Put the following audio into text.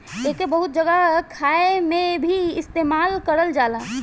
एइके बहुत जगह खाए मे भी इस्तेमाल करल जाला